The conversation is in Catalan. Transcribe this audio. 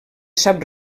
sap